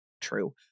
True